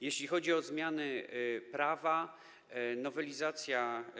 Jeśli chodzi o zmiany prawa, nowelizacja